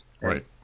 right